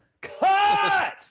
Cut